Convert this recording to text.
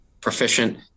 proficient